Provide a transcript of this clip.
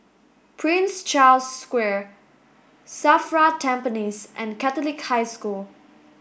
Prince Charles Square SAFRA Tampines and Catholic High School